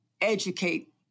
educate